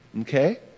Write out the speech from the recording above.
okay